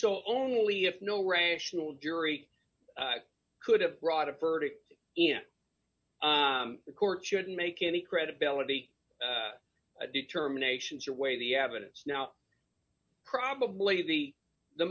so only if no rational jury could have brought a verdict in the court shouldn't make any credibility determinations or weigh the evidence now probably the the